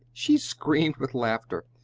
she screamed with laughter.